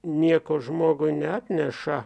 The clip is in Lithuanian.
nieko žmogui neatneša